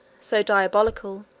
so diabolical,